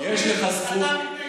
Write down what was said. לאיזה זכות אתה מתנגד?